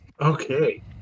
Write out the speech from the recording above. okay